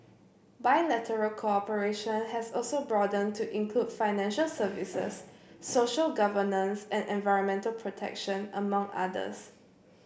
bilateral cooperation has also broadened to include financial services social governance and environmental protection among others